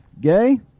Gay